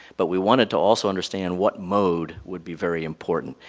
but we wanted to also understand what mode would be very important.